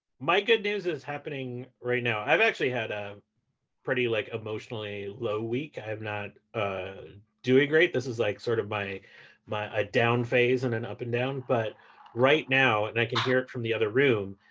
my good news is happening right now. i've actually had a pretty like emotionally low week. i'm not doing great. this is like sort of my my ah down phase and an up and down. but right now, and i can hear it from the other room,